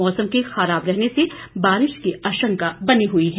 मौसम के खराब रहने से बारिश की आशंका बनी हुई है